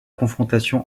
confrontation